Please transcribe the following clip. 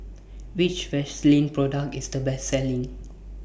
Which Vaselin Product IS The Best Selling